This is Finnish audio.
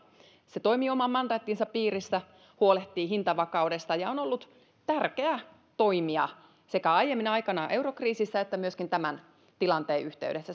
se toimii oman mandaattinsa piirissä huolehtii hintavakaudesta ja on ollut tärkeä toimija sekä aiemmin aikanaan eurokriisissä että myöskin tämän tilanteen yhteydessä